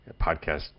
podcast